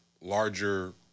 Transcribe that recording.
larger